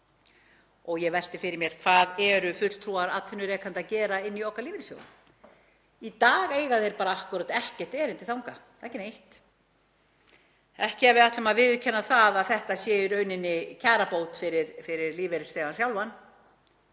Ég velti fyrir mér: Hvað eru fulltrúar atvinnurekenda að gera inni í okkar lífeyrissjóðum? Í dag eiga þeir bara akkúrat ekkert erindi þangað, ekki neitt, ekki ef við ætlum að viðurkenna það að þetta sé í rauninni kjarabót fyrir lífeyrisþegann sjálfan,